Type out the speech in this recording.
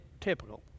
typical